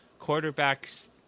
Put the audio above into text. quarterbacks